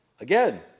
Again